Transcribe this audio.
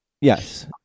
Yes